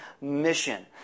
mission